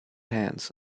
hands